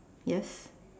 yes